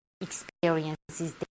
experiences